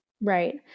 Right